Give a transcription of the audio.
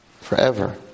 forever